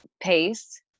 pace